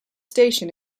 station